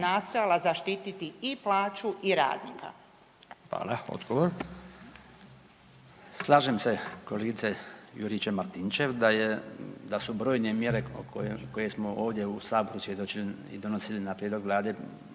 nastojala zaštititi i plaću i radnika.